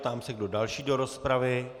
Ptám se, kdo další do rozpravy.